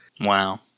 Wow